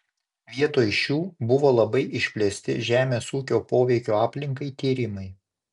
vietoj šių buvo labai išplėsti žemės ūkio poveikio aplinkai tyrimai